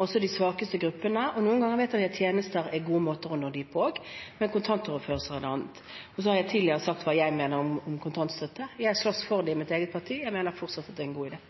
også de svakeste gruppene. Noen ganger vet vi at tjenester er gode måter å nå dem på også, men kontantoverføringer er noe annet. Jeg har tidligere sagt hva jeg mener om kontantstøtte, jeg har slåss for det i mitt eget parti. Jeg mener fortsatt at det er en god idé.